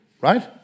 right